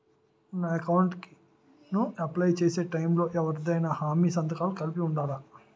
నా అకౌంట్ ను అప్లై చేసి టైం లో ఎవరిదైనా హామీ సంతకాలు కలిపి ఉండలా?